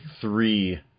three